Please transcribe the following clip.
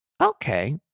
okay